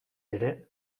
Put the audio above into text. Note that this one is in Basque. ere